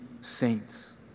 saints